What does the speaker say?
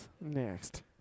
Next